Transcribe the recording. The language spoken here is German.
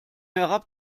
herab